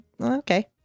Okay